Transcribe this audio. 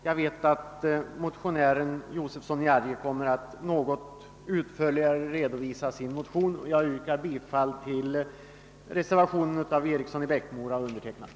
Jag vet att herr Josefson i Arrie kommer att något utförligare redovisa sin motion. Jag yrkar bifall till reservationen av herr Eriksson i Bäckmora och mig själv.